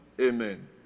Amen